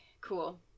cool